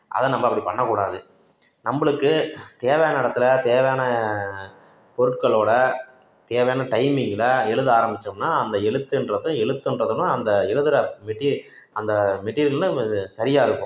அதை நம்ம அப்படி பண்ணக்கூடாது நம்மளுக்கு தேவையான இடத்துல தேவையான பொருட்களோடு தேவையான டைமிங்கில் எழுத ஆரமிச்சோம்னால் அந்த எழுத்துன்றது எழுத்துன்றதைதான் அந்த எழுதுகிற மெட்டீ அந்த மெட்டீரியலில் சரியாக இருக்கும்